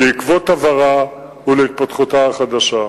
לעקבות עברה ולהתפתחותה החדשה.